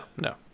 no